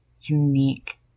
unique